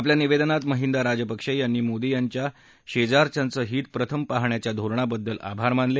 आपल्या निवेदनात महिद्रा राजपक्षे यांनी मोदी यांच्या शेजाऱ्याचं हित प्रथम पाहण्याच्या धोरणाबद्दल त्यांचे आभार मानले